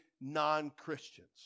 non-Christians